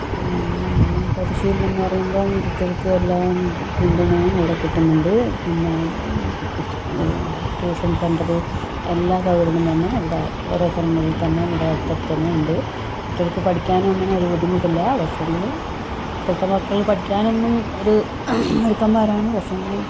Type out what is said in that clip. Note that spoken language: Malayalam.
പിന്നെ പരിശീലനമെന്ന് പറയുമ്പം കുട്ടികൾക്ക് എല്ലാം പിന്തുണയും ഇവിടെ കിട്ടുന്നുണ്ട് പിന്നെ ട്യൂഷൻ സെൻ്റർ എല്ലാ സൗകര്യങ്ങളും തന്നെ ഇവിടെ ഓരോ സ്ഥലങ്ങളിൽ തന്നെ ഇവിടെ അടുത്തടുത്തു തന്നെയുണ്ട് കുട്ടികൾക്ക് പഠിക്കാൻ ഒന്നിനും ഒരു ബുദ്ധിമുട്ടില്ല പക്ഷേങ്കിൽ ഇപ്പോഴത്തെ മക്കൾ പഠിക്കാനൊന്നും ഒരു മിടുക്കന്മാരാണ് പക്ഷേയെങ്കിൽ